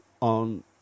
on